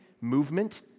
movement